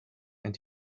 and